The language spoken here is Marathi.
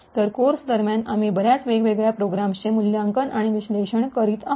तर कोर्स दरम्यान आम्ही बर्याच वेगवेगळ्या प्रोग्राम्सचे मूल्यांकन आणि विश्लेषण करीत आहोत